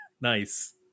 Nice